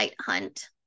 hunt